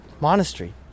monastery